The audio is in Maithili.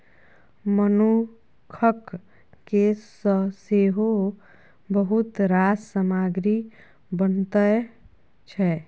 मनुखक केस सँ सेहो बहुत रास सामग्री बनैत छै